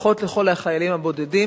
ברכות לכל החיילים הבודדים.